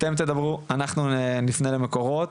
אתם תדברו, אנחנו נפנה למקורות.